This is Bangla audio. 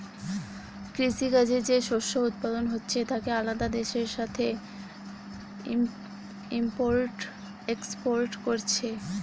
কৃষি কাজে যে শস্য উৎপাদন হচ্ছে তাকে আলাদা দেশের সাথে ইম্পোর্ট এক্সপোর্ট কোরছে